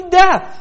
death